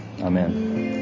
Amen